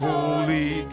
Holy